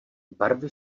barvy